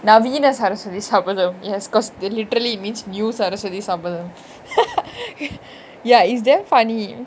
Naveena sarasvathisabatham yes cause it literally means new sarasvathisabatham ya is damn funny